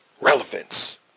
relevance